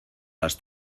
las